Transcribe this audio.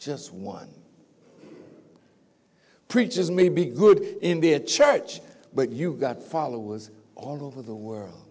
just one preaches may be good in their church but you've got father was all over the world